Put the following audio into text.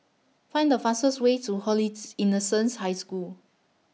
Find The fastest Way to Holy's Innocents' High School